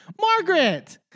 margaret